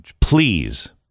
please